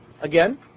Again